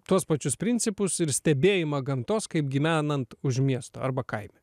tuos pačius principus ir stebėjimą gamtos kaip gyvenant už miesto arba kaime